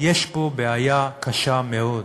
יש פה בעיה קשה מאוד.